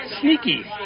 Sneaky